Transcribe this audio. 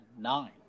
nine